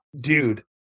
dude